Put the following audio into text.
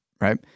right